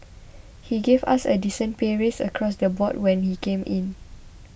he gave us a decent pay raise across the board when he came in